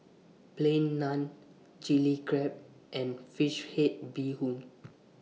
Plain Naan Chilli Crab and Fish Head Bee Hoon